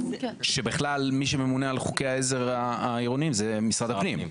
כשמי שממונה על חוקי העזר העירוניים זה בכלל משרד הפנים?